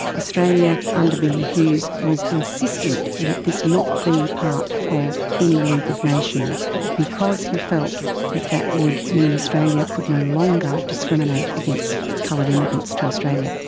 australia under billy hughes was insistent that this not be part of any league of nations because he felt that that would mean australia could no longer discriminate against coloured immigrants to australia,